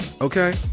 Okay